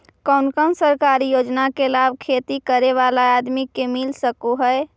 कोन कोन सरकारी योजना के लाभ खेती करे बाला आदमी के मिल सके हे?